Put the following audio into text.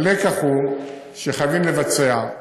בקטע הזה, הלקח הוא שחייבים לבצע,